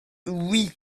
oui